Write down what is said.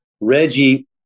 Reggie